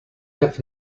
have